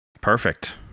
Perfect